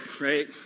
right